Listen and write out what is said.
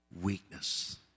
weakness